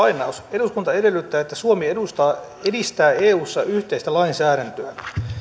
eduskunta edellyttää että suomi edistää eussa yhteistä lainsäädäntöä